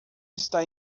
está